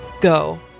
Go